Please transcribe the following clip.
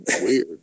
weird